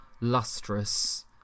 lustrous